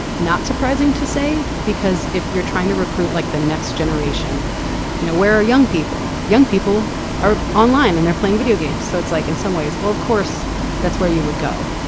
not surprising to say because if you're trying to recruit like the next generation you know where are young people young people are online and they're playing video games so it's like in some ways. well of course that's where you would go